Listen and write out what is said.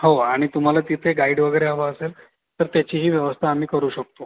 हो आणि तुम्हाला तिथे गाईड वगैरे हवा असेल तर त्याचीही व्यवस्था आम्ही करू शकतो